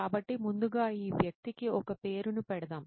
కాబట్టి ముందుగా ఈ వ్యక్తికి ఒక పేరును పెడదాం